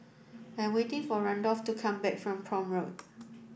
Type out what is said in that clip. I am waiting for Randolph to come back from Prome Road